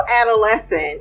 adolescent